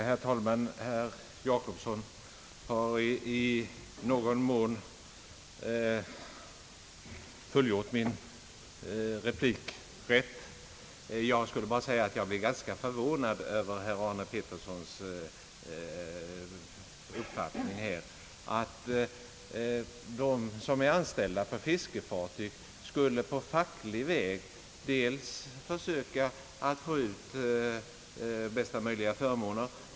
Herr talman! Herr Jacobsson har till en del replikerat vad jag tänkte säga. Jag förstår herr Arne Pettersson när han uttalar att de som är anställda på fiskefartyg skall på facklig väg söka få ut bästa möjliga förmåner.